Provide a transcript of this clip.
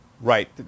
right